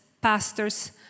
pastors